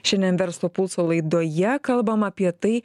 šiandien verslo pulso laidoje kalbam apie tai